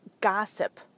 gossip